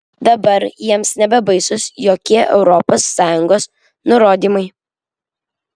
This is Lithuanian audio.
dabar jiems nebebaisūs jokie europos sąjungos nurodymai